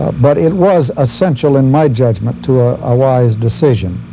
but it was essential in my judgement to a ah wise decision.